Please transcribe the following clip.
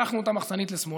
הארכנו את המחסנית לשמאל,